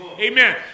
Amen